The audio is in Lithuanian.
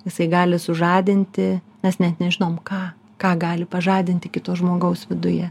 jisai gali sužadinti mes net nežinom ką ką gali pažadinti kito žmogaus viduje